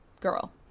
girl